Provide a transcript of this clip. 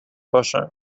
person